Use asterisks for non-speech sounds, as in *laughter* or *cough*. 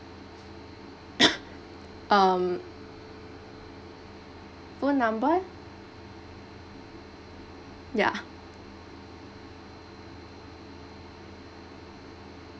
*laughs* um phone number ya